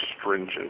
stringent